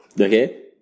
Okay